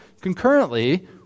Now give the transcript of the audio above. concurrently